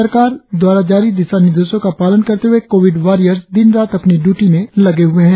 सरकार द्वारा जारी दिानिर्देशो का पालन करते हए कोविड वारियर्स दिन रात अपनी ड्यूटी में लगे हए है